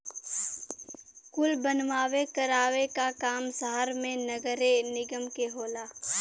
कुल बनवावे करावे क काम सहर मे नगरे निगम के होला